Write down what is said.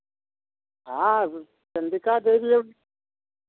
हाँ चन्द्रिका देवी और